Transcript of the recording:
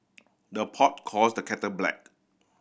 the pot calls the kettle black